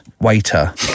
Waiter